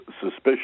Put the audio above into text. suspicious